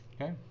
Okay